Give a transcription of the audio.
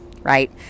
right